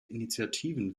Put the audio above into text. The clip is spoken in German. initiativen